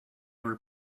were